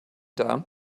down